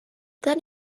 then